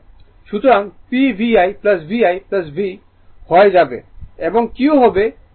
সুতরাং P VI VI V ' I হয়ে যাবে এবং Q হবে V ' I VI